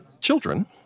children